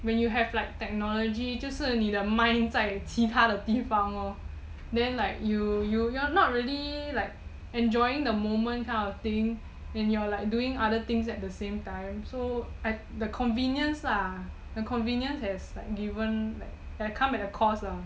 when you have like technology 就是你的 mind 在其他的地方 lor then like you you you're not really like enjoying the moment kind of thing then you are like doing other things at the same time so at the convenience lah the convenience has like given a like come at a cost lah